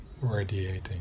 radiating